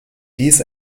dies